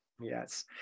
Yes